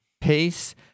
pace